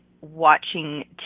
watching